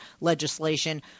legislation